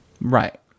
Right